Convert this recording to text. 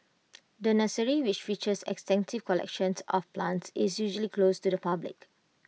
the nursery which features extensive collections of plants is usually closed to the public